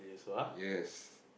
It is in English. yes